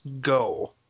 go